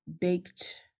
baked